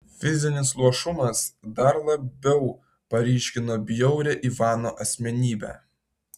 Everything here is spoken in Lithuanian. fizinis luošumas dar labiau paryškino bjaurią ivano asmenybę